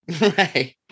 Right